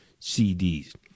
CDs